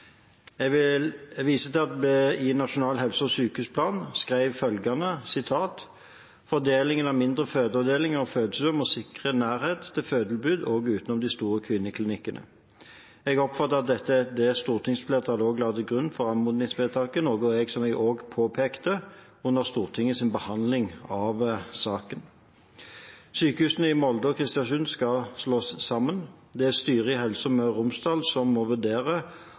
til at det i Nasjonal helse- og sykehusplan ble skrevet følgende: «Fordelingen av mindre fødeavdelinger og fødestuer må sikre nærhet til fødetilbud også utenom de store kvinneklinikkene.» Jeg oppfattet at dette er det stortingsflertallet også la til grunn for anmodningsvedtaket, noe jeg også påpekte under Stortingets behandling av saken. Sykehusene i Molde og Kristiansund skal slås sammen. Det er styret i Helse Møre og Romsdal som må vurdere